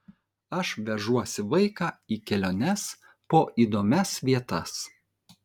aš vežuosi vaiką į keliones po įdomias vietas